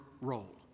role